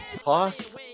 cloth